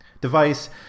device